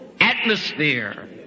atmosphere